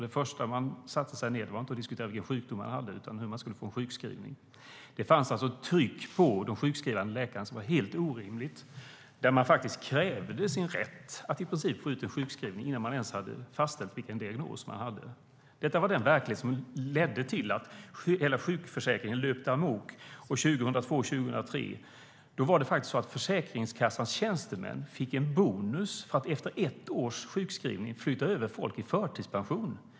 Det första de började diskutera var inte den sjukdom de hade utan hur de skulle få en sjukskrivning. Det fanns alltså ett helt orimligt tryck på den sjukskrivande läkaren. De krävde sin rätt att få ut en sjukskrivning innan det ens hade fastställts en diagnos. Det var den verklighet som ledde till att hela sjukförsäkringen löpte amok. Åren 2002-2003 fick Försäkringskassans tjänstemän en bonus för att efter ett års sjukskrivning flytta över folk i förtidspension.